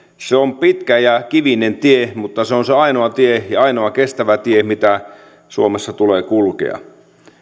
se on pitkä ja kivinen tie mutta se on se ainoa tie ja ainoa kestävä tie mitä suomessa tulee kulkea